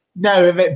No